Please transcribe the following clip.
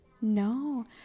no